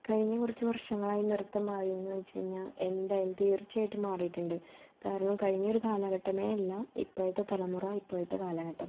കഴിഞ്ഞ കുറച്ച് വർഷങ്ങളായി നൃത്തം മാറിയോ എന്ന് ചോദിച്ചുകഴിഞ്ഞാൽ എന്തായാലും തീർച്ചയായിട്ടും മാറിയിട്ടുണ്ട് കാരണം കഴിഞ്ഞൊരു കാലഘട്ടമേ അല്ല ഇപ്പോഴത്തെ തലമുറ ഇപ്പോഴത്തെ കാലഘട്ടം